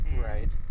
Right